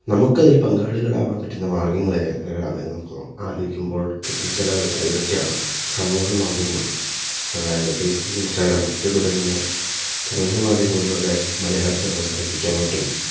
നമുക്ക് ഇതിൽ പങ്കാളികളാവാൻ പറ്റുന്ന മാർഗങ്ങള് ഏതാണെന്ന് നമുക്ക് ആലോചിക്കുമ്പോൾ കിട്ടുന്ന ചിലതൊക്കെ ഇതൊക്കെയാണ് സമൂഹമാധ്യമങ്ങൾ അതായത് ഫേസ്ബുക്ക് ഇൻസ്റ്റഗ്രാം ട്വിറ്റർ തുടങ്ങിയ സമൂഹ മാധ്യമങ്ങളിലൂടെ മലയാളത്തിനെ പ്രോത്സാഹിപ്പിക്കാൻ പറ്റും